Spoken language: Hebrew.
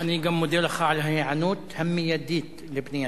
אני גם מודה לך על ההיענות המיידית לפנייתי.